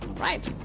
right!